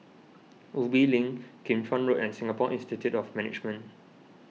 Ubi Link Kim Chuan Road and Singapore Institute of Management